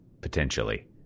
potentially